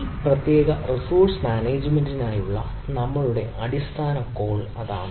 ഈ പ്രത്യേക റിസോഴ്സ് മാനേജ്മെന്റിനായുള്ള നമ്മളുടെ അടിസ്ഥാന കോൾ അതാണ്